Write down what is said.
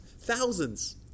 Thousands